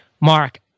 Mark